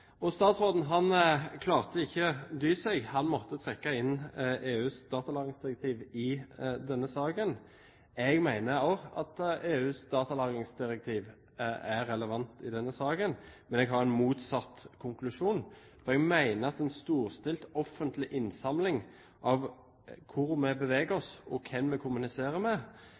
oss. Statsråden klarte ikke dy seg, han måtte trekke inn EUs datalagringsdirektiv i denne saken. Jeg mener også at EUs datalagringsdirektiv er relevant i denne saken, men jeg har en motsatt konklusjon. Jeg mener at en storstilt offentlig innsamling av hvor vi beveger oss og hvem vi kommuniserer med,